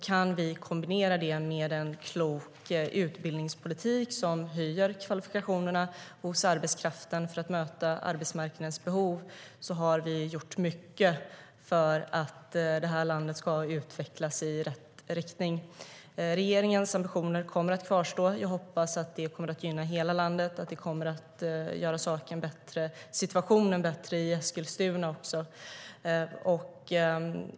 Kan vi kombinera det med en klok utbildningspolitik som ökar kvalifikationerna hos arbetskraften för att möta arbetsmarknadens behov har vi gjort mycket för att detta land ska utvecklas i rätt riktning. Regeringens ambitioner kommer att kvarstå. Jag hoppas att det kommer att gynna hela landet och att det kommer att göra situationen i Eskilstuna bättre också.